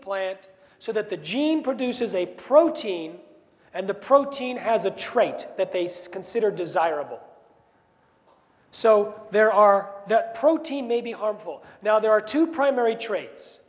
plant so that the gene produces a protein and the protein has a trait that they skin siddur desirable so there are the protein may be harmful now there are two primary traits